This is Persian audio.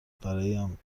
برایم